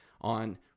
on